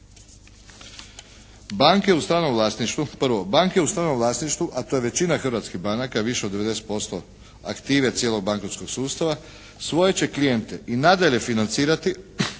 banke u stranom vlasništvu a to je većina hrvatskih banaka više od 90% aktive cijelog bankarskog sustava svoje će klijente i nadalje financirati